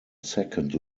second